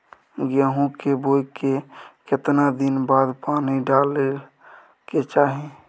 गेहूं के बोय के केतना दिन बाद पानी डालय के चाही?